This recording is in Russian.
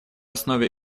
основе